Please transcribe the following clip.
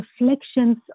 reflections